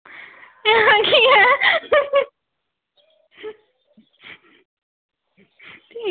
अं केह् ऐ